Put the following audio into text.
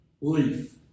leaf